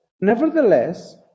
nevertheless